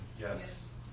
Yes